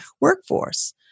workforce